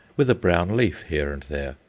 with a brown leaf here and there,